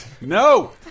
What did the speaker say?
No